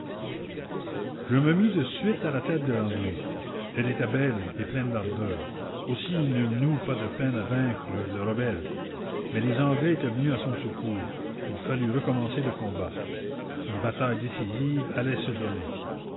je me mis de suite à la tête de l'armée elle était belle et pleine d'ardeur aussi n'eûmes nous pas de peine à vaincre le rebelle mais les anglais étant venus à son secours il fallut recommencer le combat une bataille décisive allait se donner